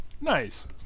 Nice